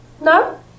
No